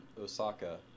Osaka